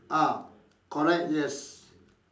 ah correct yes